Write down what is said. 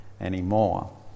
anymore